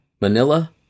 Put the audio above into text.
Manila